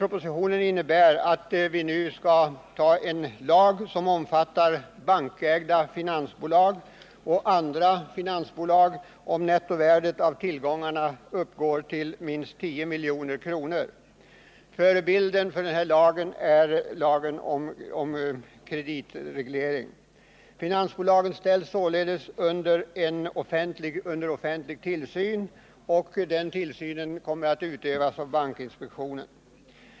Propositionen innehåller förslag till en lag som omfattar bankägda finansbolag och andra finansbolag om nettovärdet av tillgångarna uppgår till minst 10 milj.kr. Förebild för lagen är lagen om kreditaktiebolag. Finansbolagen ställs således under offentlig tillsyn som kommer att utövas av bankinspektionen.